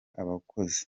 abakozi